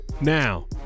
Now